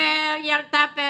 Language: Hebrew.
וילדה ב